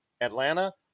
Atlanta